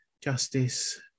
justice